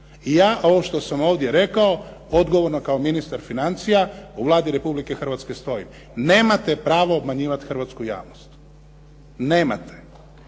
I ja ovo što sam ovdje rekao odgovorno, kao ministar financija u Vladi Republike Hrvatske, stojim. Nemate pravo obmanjivat hrvatsku javnost. Nemate.